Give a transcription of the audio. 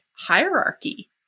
Hierarchy